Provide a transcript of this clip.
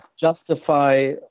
justify